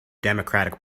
democratic